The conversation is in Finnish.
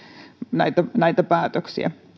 näitä näitä päätöksiä